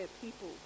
people